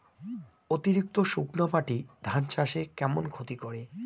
অতিরিক্ত শুকনা মাটি ধান চাষের কেমন ক্ষতি করে?